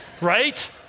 Right